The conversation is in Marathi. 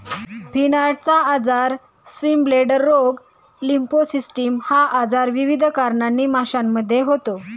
फिनार्टचा आजार, स्विमब्लेडर रोग, लिम्फोसिस्टिस हा आजार विविध कारणांनी माशांमध्ये होतो